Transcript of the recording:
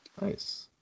Nice